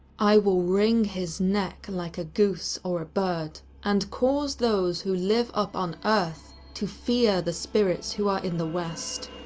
i will wring his neck and like a goose or a bird and cause those who live up on earth to fear the spirits who are in the west.